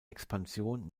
expansion